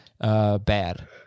bad